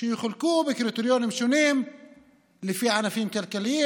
שיחולקו בקריטריונים שונים לפי ענפים כלכליים,